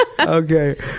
Okay